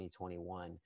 2021